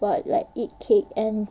but like eat cake and